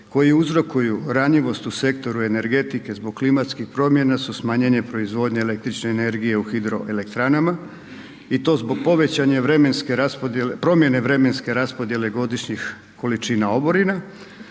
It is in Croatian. koji uzrokuju ranjivost u sektoru energetike zbog klimatskih promjena su smanjenje proizvodnje električne energije u hidroelektranama, i to zbog povećane vremenske raspodjele, promjene